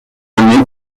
années